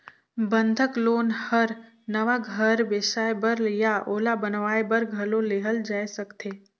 बंधक लोन हर नवा घर बेसाए बर या ओला बनावाये बर घलो लेहल जाय सकथे